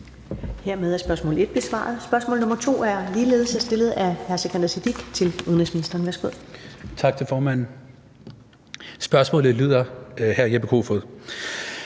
næste spørgsmål er ligeledes stillet af hr. Sikandar Siddique til udenrigsministeren.